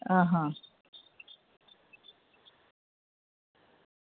હ હ